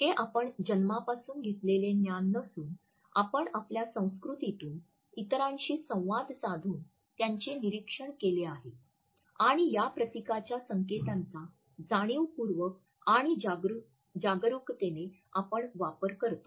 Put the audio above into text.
हे आपण जन्मापासून घेतलेले ज्ञान नसून आपण आपल्या संस्कृतीतून इतरांशी संवाद साधून त्यांचे निरीक्षण केले आहे आणि या प्रतीकांच्या संकेतांचा जाणीवपूर्वक आणि जागरूकतेने आपण वापर करतो